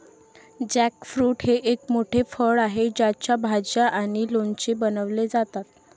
jackfruit हे एक मोठे फळ आहे ज्याच्या भाज्या आणि लोणचे बनवले जातात